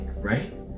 right